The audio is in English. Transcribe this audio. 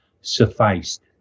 sufficed